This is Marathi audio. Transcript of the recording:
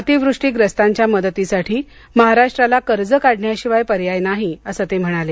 अतिवृष्टीग्रस्तांच्या मदतीसाठी महाराष्ट्राला कर्ज काढण्याशिवाय पर्याय नाही असं ते म्हणाले